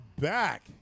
back